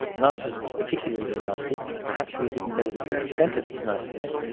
nazism was particularly nasty, perhaps we didn't know the full extent of its nastiness,